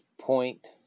point